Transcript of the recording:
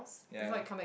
ya